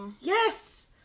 Yes